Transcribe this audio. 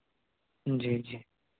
جی جی